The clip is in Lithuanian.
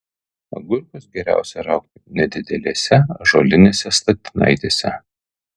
agurkus geriausia raugti nedidelėse ąžuolinėse statinaitėse